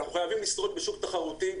אנחנו חייבים לשרוד בשוק תחרותי,